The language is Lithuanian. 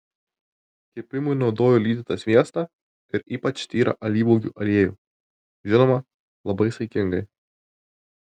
kepimui naudoju lydytą sviestą ir ypač tyrą alyvuogių aliejų žinoma labai saikingai